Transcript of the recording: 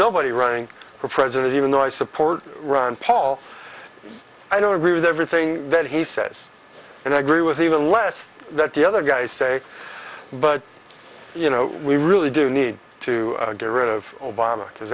nobody running for president even though i support ron paul i don't agree with everything that he says and i agree with even less that the other guys say but you know we really do need to get rid of